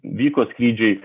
vyko skrydžiai